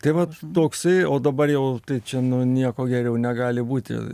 tai vat toksai o dabar jau čia nu nieko geriau negali būti